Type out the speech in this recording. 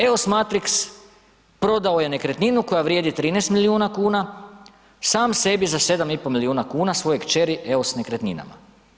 EOS Matrix prodao je nekretninu koja vrijedi 13 milijuna kuna sam sebi za 7,5 milijuna svojoj kćeri EOS nekretninama.